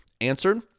answered